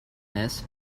this